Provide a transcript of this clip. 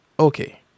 Okay